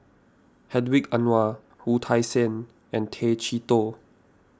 Hedwig Anuar Wu Tsai Yen and Tay Chee Toh